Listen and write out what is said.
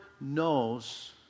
knows